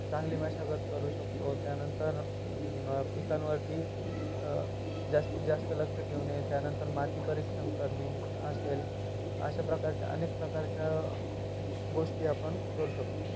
चांगली मशागत करू शकतो त्यानंतर पिकांवरती जास्तीत जास्त लक्ष ठेवणे त्यानंतर माती परीक्षण करणे असेल अशा प्रकारच्या अनेक प्रकारच्या गोष्टी आपण करू शकतो